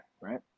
Right